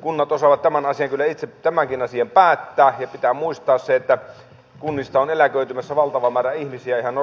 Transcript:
kunnat osaavat tämänkin asian kyllä itse päättää ja pitää muistaa että kunnista on eläköitymässä valtava määrä ihmisiä ihan